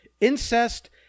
Incest